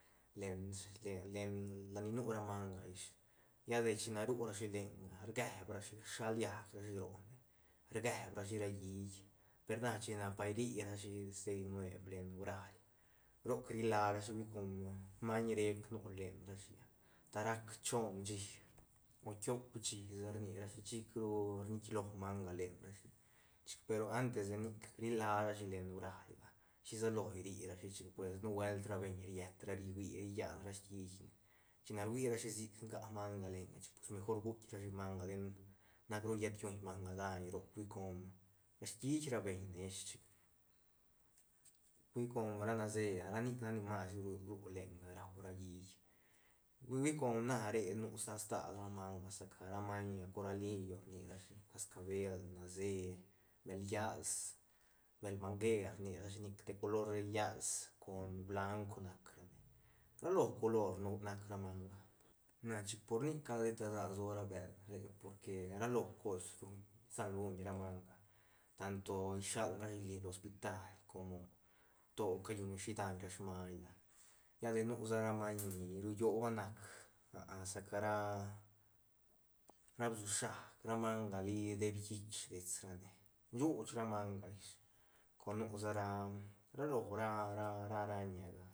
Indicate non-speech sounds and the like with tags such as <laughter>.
Len <unintelligible> len la ni nu ra manga ish lla de china ru rashi lenga rgeep rashi rsaliag rashi rone rgeeb rashi ra hiit per na china par rri rashi stedi nueb len urail roc ri la rashi hui com maiñ rec nu lenrashi ta rac choon schi o tiop schi sa rnirashi ta chic ru rniit lo manga lenrashi chic peru antes de nic rila rashi len urailga shila lo rri rashi chic pues nubuelt ra beñ riet ra ri hui ri yan hiitne china ruirashi sic nga manga lenga chic pues mejor guitk rashi manga ten nac ru riet lluuñ manga dain roc hui com hiit ra beñ ne ish hui com ra nase ah ra nic nac ni masru ru lenga rau ra hitt hui com na re nu stal- stal ra manga sa ca ramaiñ coralillo rnirashi cascabel nase bël llas bël manger rnirashi nic te color llas con blauk nac ne ra lo color nu nac ra manga na chic por nic gal sheta rsag lsoa ra bël re porque ra lo cos ru sal guñ ra manga tanto shial rashi lí lo hostitail como to ca lluñ rashi daiñ smaiñla lla de nu sa ra maiñ ni ru lloba nac <hesitation> saca ra bsi shaac ra manga li deep llich dets ra ne shuuch ra manga ish con nu sa ra ra lo ra- ra- ra araña ga.